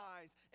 eyes